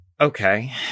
Okay